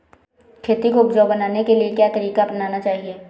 खेती को उपजाऊ बनाने के लिए क्या तरीका अपनाना चाहिए?